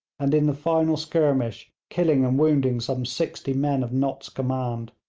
and in the final skirmish killing and wounding some sixty men of nott's command.